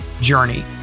journey